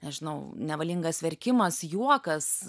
nežinau nevalingas verkimas juokas